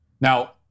Now